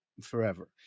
forever